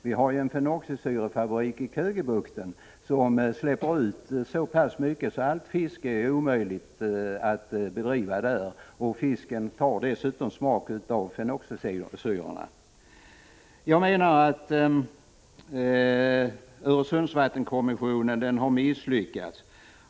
Det finns ju en fenoxisyrefabrik i Kögebukten som släpper ut så pass mycket gifter att fiske är omöjligt att bedriva i detta område. Fisken tar dessutom smak av fenoxisyrorna. Jag menar att Öresundskommissionen har misslyckats.